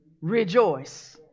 rejoice